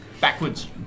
Backwards